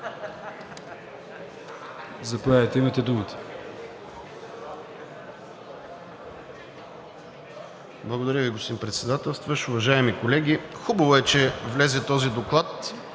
Заповядайте, имате думата.